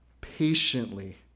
patiently